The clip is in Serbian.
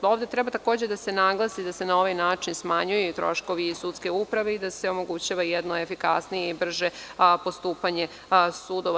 Ovde treba da se naglasi da se na ovaj način smanjuju troškovi sudske uprave i da se omogućava efikasnije i brže postupanje sudova.